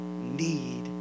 need